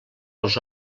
els